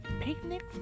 picnics